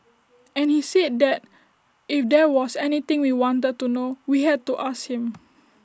and he said that if there was anything we wanted to know we had to ask him